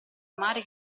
mare